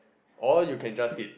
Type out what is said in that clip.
or you can just skip